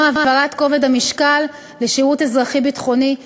העברת כובד המשקל לשירות אזרחי-ביטחוני,